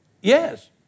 yes